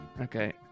Okay